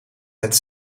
het